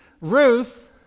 Ruth